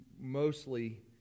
mostly